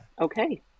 Okay